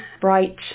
bright